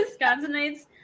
Wisconsinites